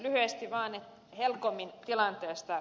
lyhyesti vain helcomin tilanteesta